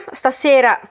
stasera